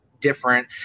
different